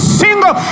single